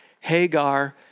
Hagar